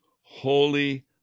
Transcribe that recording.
holy